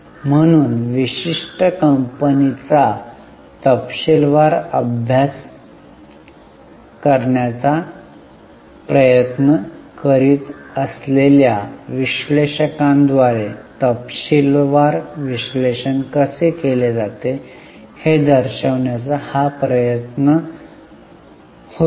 म्हणून विशिष्ट कंपनीचा तपशीलवार अभ्यास करण्याचा प्रयत्न करीत असलेल्या विश्लेषकांद्वारे तपशीलवार विश्लेषण कसे केले जाते हे दर्शविण्याचा हा प्रयत्न होता